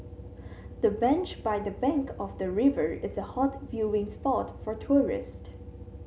the bench by the bank of the river is a hot viewing spot for tourist